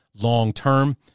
long-term